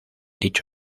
dicho